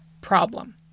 problem